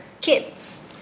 kids